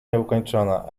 nieukończona